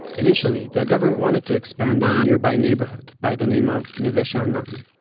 initially, the government wanted to expand a and nearby neighborhood by the name of neve ah sha'anan.